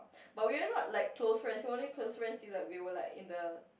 but we were not like close friends we only close friends till like we were like in the